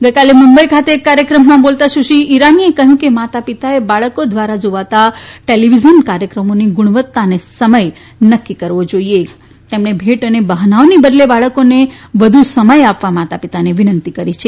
ગઇકાલે મુંબઇ ખાતે એક કાર્યક્રમમાં બોલતા સુશ્રી ઇરાનીએ કહયું કે માતા પિતાએ બાળકો ધ્વારા જોવાતા ટેલીવિઝન કાર્યક્રમોની ગુણવત્તા અને સમય નકકી કરવો જોઇએ તેમણે ભેટ અને બહાનાઓની બદલે બાળકોને વધુ સમય આપવા વિનતી કરી છે